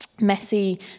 messy